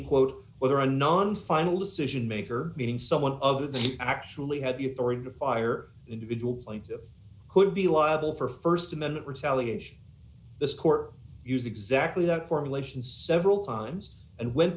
quote whether a non final decision maker meeting someone other than he actually had the authority to fire individual plaintiff could be liable for st amendment retaliation this court used exactly that formulation several times and went